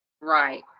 Right